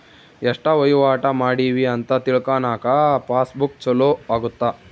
ಎಸ್ಟ ವಹಿವಾಟ ಮಾಡಿವಿ ಅಂತ ತಿಳ್ಕನಾಕ ಪಾಸ್ ಬುಕ್ ಚೊಲೊ ಅಗುತ್ತ